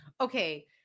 Okay